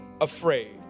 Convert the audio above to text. afraid